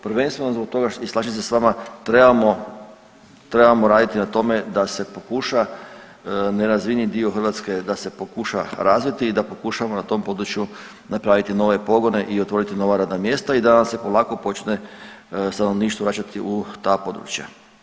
Prvenstveno zbog toga i slažem se s vama trebamo raditi, trebamo raditi na tome da se pokuša nerazvijeni dio Hrvatske, da se pokuša razviti i da pokušamo na tom području napraviti nove pogone i otvoriti nova radna mjesta i nam se polako počne stanovništvo vraćati u ta područja.